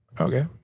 Okay